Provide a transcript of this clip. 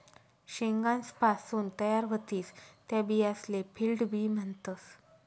शेंगासपासून तयार व्हतीस त्या बियासले फील्ड बी म्हणतस